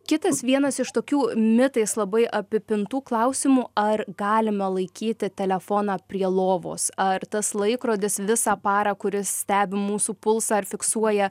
kitas vienas iš tokių mitais labai apipintų klausimų ar galima laikyti telefoną prie lovos ar tas laikrodis visą parą kuris stebi mūsų pulsą ar fiksuoja